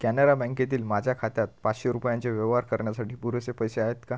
कॅनरा बँकेतील माझ्या खात्यात पाचशे रुपयांचे व्यवहार करण्यासाठी पुरेसे पैसे आहेत का